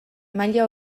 maila